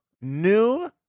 New